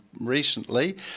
recently